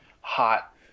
hot